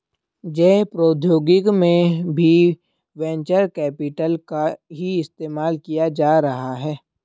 जैव प्रौद्योगिकी में भी वेंचर कैपिटल का ही इस्तेमाल किया जा रहा है